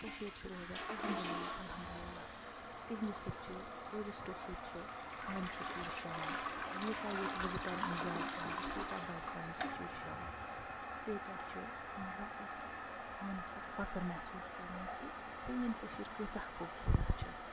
کٔشیٖرِ چھِ روزان الحمدُ اللہ الحمدُ اللہ تِہٕنٛدِ سۭتۍ چھِ ٹوٗرِسٹو سۭتۍ چھِ سانہِ کٔشیٖرِ شان یوٗتاہ ییٚتہِ وِزِٹَر یِن زیادٕ زیادٕ تیوٗتاہ بَڑِ سانہِ کٔشیٖرِ شان تیوٗتاہ چھِ مطلب أسۍ پانَس پٮ۪ٹھ فخر محسوٗس کران کہ سٲنۍ کٔشیٖر کۭژاہ خوٗبصوٗرَت چھےٚ